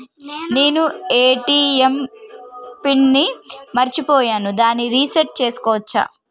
నేను ATM PIN ని మరచిపోయాను దాన్ని రీ సెట్ చేసుకోవచ్చా?